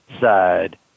side